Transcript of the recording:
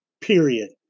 Period